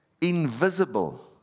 invisible